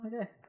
okay